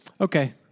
Okay